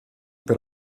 per